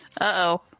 Uh-oh